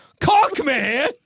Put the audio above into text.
cockman